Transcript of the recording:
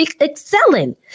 excelling